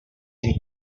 and